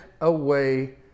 away